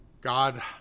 God